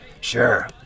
sure